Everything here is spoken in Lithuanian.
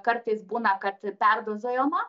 kartais būna kad perdozuojama